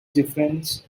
difference